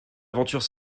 aventure